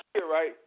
right